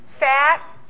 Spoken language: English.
Fat